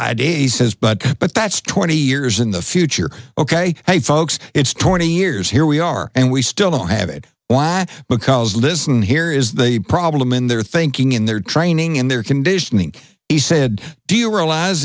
idea he says but but that's twenty years in the future ok hey folks it's twenty years here we are and we still have it because listen here is the problem in their thinking in their training and their conditioning he said do you realize